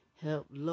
Help